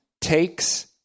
takes